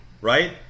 right